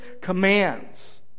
commands